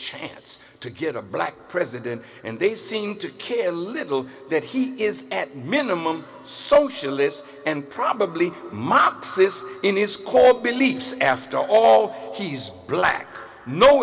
chance to get a black president and they seem to care a little that he is at minimum socialist and probably marxist in his call beliefs after all he's black no